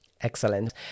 Excellent